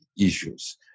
issues